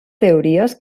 teories